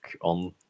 on